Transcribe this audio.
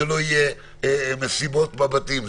שלא יהיו מסיבות בבתים,